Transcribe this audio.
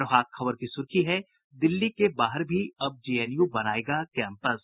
प्रभात खबर की सुर्खी है दिल्ली के बाहर भी अब जेएनयू बनायेगा कैंपस